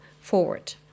forward